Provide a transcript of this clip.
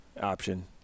option –